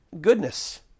goodness